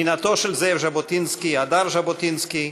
נינתו של זאב ז'בוטינסקי הדר ז'בוטינסקי,